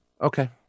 Okay